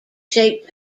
shaped